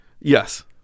Yes